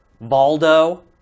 Baldo